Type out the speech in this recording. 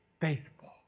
faithful